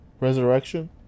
Resurrection